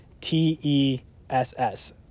t-e-s-s